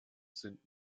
sind